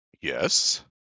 Yes